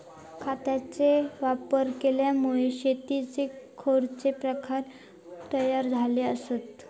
खतांचे वापर केल्यामुळे शेतीयेचे खैचे प्रकार तयार झाले आसत?